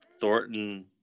Thornton